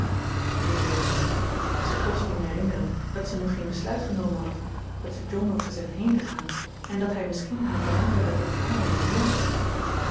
zweeg meta zich plotseling herinnerend dat ze nog geen besluit genomen had dat ze john had gezegd heen te gaan en dat hij misschien haar veranderde verklaringen hoorde